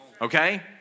Okay